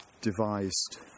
devised